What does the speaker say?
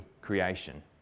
creation